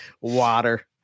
Water